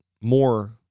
more